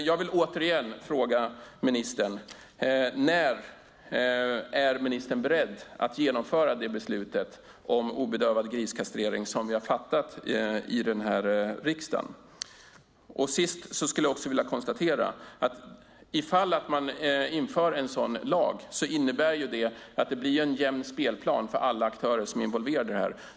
Jag frågar åter: När är ministern beredd att genomföra beslutet om obedövad griskastrering som vi har fattat i riksdagen? Sist konstaterar jag att ett införande av en sådan lag innebär att det blir en jämn spelplan för alla aktörer som är involverade i detta.